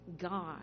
God